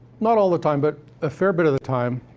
not all the time, but a fair bit of the time,